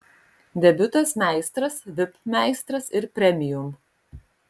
debiutas meistras vip meistras ir premium